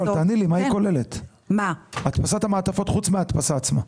אבל חוץ מהדפסת המעטפות מה ההדפסה עוד כוללת?